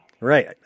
Right